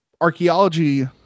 archaeology